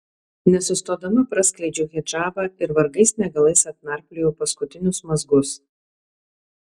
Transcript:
nesustodama praskleidžiau hidžabą ir vargais negalais atnarpliojau paskutinius mazgus